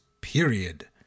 period